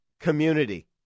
community